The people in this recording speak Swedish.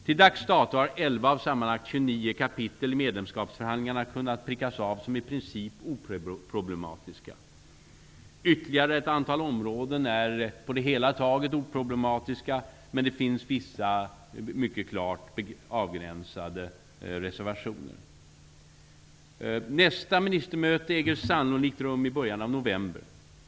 Till dags dato har 11 av sammanlagt 29 kapitel i medlemskapsförhandlingarna kunnat prickas av som i princip oproblematiska. Ytterligare ett antal områden är på det hela taget oproblematiska, men det finns vissa mycket klart avgränsade reservationer. Nästa ministermöte äger sannolikt rum i början av november.